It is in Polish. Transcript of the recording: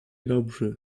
dobrzy